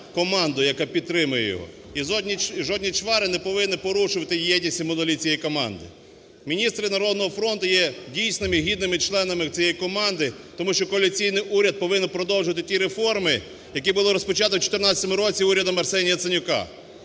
команду, яка підтримує його. І жодні чвари не повинні порушувати єдність і моноліт цієї команди. Міністри "Народного фронту" є дійсними і гідними членами цієї команди, тому що коаліційний уряд повинен продовжувати ті реформи, які були розпочаті в 14-му році урядом Арсенія Яценюка.